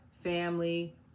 family